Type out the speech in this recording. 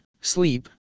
sleep